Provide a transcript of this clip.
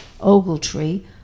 Ogletree